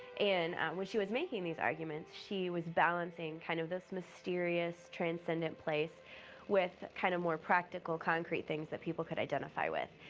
and when she was making these arguments she was balancing kind of this mysterious transcendent place with kind of practical concrete things that people could identify with.